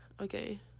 okay